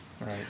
right